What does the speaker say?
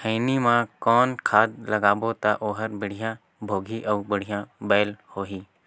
खैनी मा कौन खाद लगाबो ता ओहार बेडिया भोगही अउ बढ़िया बैल होही?